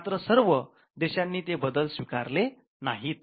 मात्र सर्व देशांनी बदल स्वीकारले नाहीत